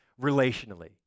relationally